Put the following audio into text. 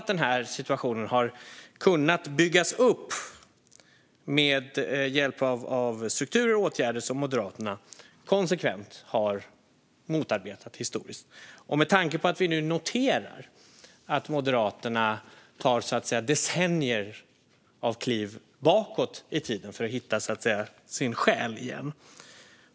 Den situationen har kunnat byggas upp med hjälp av strukturer och åtgärder som Moderaterna konsekvent har motarbetat historiskt. Nu noterar vi att Moderaterna tar decennier av kliv bakåt i tiden för att så att säga hitta sin själ igen.